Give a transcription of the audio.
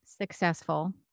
successful